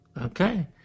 Okay